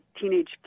teenage